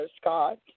Scott